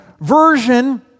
version